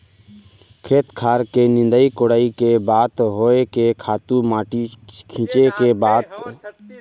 खेत खार के निंदई कोड़ई के बात होय के खातू माटी छींचे के बात होवय बनिहार लगबे करथे